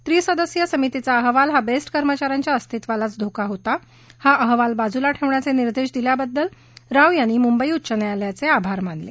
त्रिसदस्यीय समितीचा अहवाल हा बेस्ट कर्मचा यांच्या अस्तित्वालाच धोका होता हा अहवाल बाजूला ठेवण्याचे निर्देश दिल्याबद्दल राव यांनी मुंबई उच्च न्यायालयाचे आभार मानले